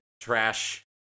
trash